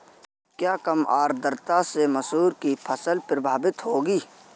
क्या कम आर्द्रता से मसूर की फसल प्रभावित होगी?